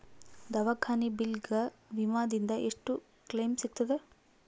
ದವಾಖಾನಿ ಬಿಲ್ ಗ ವಿಮಾ ದಿಂದ ಎಷ್ಟು ಕ್ಲೈಮ್ ಸಿಗತದ?